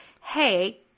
hey